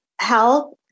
health